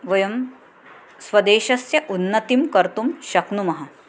वयं स्वदेशस्य उन्नतिं कर्तुं शक्नुमः